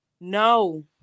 No